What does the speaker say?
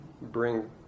bring